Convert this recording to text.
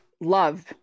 love